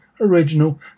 original